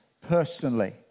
personally